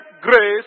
grace